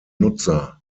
nutzer